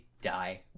die